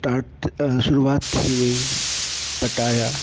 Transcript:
start शुरुआत थी हुई पटाया